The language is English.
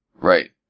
Right